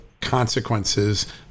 consequences